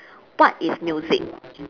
what is music